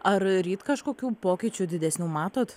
ar ryt kažkokių pokyčių didesnių matot